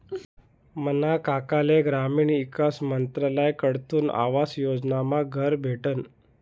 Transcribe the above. मना काकाले ग्रामीण ईकास मंत्रालयकडथून आवास योजनामा घर भेटनं